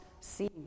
seen